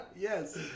Yes